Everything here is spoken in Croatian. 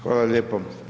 Hvala lijepo.